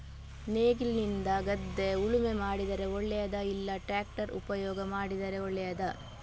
ನೇಗಿಲಿನಿಂದ ಗದ್ದೆ ಉಳುಮೆ ಮಾಡಿದರೆ ಒಳ್ಳೆಯದಾ ಇಲ್ಲ ಟ್ರ್ಯಾಕ್ಟರ್ ಉಪಯೋಗ ಮಾಡಿದರೆ ಒಳ್ಳೆಯದಾ?